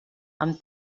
amb